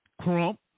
Crump